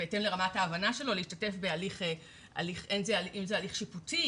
בהתאם לרמת ההבנה שלו להשתתף בהליך אם זה הליך שיפוטי,